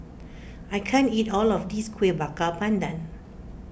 I can't eat all of this Kuih Bakar Pandan